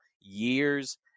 years